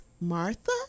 Martha